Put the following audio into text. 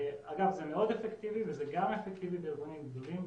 זה מאוד אפקטיבי וזה גם אפקטיבי בארגונים גדולים,